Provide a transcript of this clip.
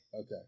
Okay